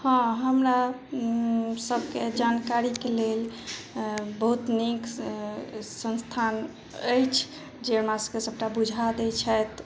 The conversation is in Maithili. हँ हमरा सबके जानकारीके लेल बहुत नीक संस्थान अछि जे हमरा सबके सबटा बुझा दै छथि